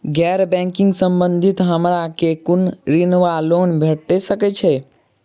गैर बैंकिंग संबंधित हमरा केँ कुन ऋण वा लोन भेट सकैत अछि?